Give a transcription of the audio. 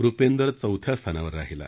रुपेंदर चौथ्या स्थानावर राहिला